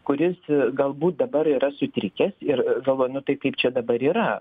kuris galbūt dabar yra sutrikęs ir galvoja nu tai kaip čia dabar yra